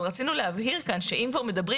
אבל רצינו להבהיר כאן שאם כבר מדברים